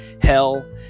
hell